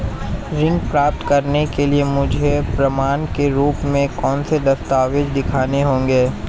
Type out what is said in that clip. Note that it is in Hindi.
ऋण प्राप्त करने के लिए मुझे प्रमाण के रूप में कौन से दस्तावेज़ दिखाने होंगे?